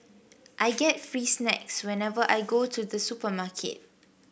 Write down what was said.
I get free snacks whenever I go to the supermarket